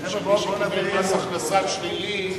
משום שמי שקיבל מס הכנסה שלילי,